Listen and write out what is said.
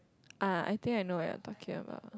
ah I think I know what you are talking about